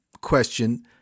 question